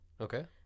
Okay